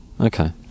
Okay